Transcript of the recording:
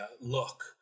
look